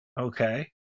okay